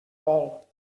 vol